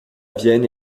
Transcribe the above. vienne